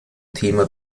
thema